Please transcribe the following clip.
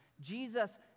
Jesus